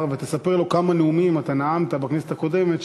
ותספר לו כמה נאומים אתה נאמת בכנסת הקודמת,